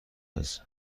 است